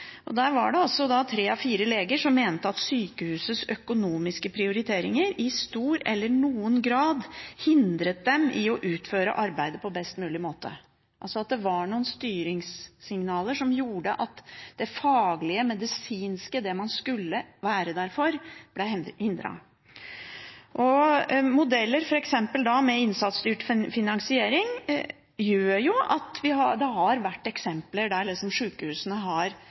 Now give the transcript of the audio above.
og tre av fire leger mente at sjukehusets økonomiske prioriteringer i stor eller noen grad hindret dem i å utføre arbeidet på best mulig måte. Det var altså noen styringssignaler som gjorde at det faglige, medisinske – det man skulle være der for – ble hindret. Modeller, f.eks. med innsatsstyrt finansiering, gjør at vi har hatt eksempler på at sjukehusene har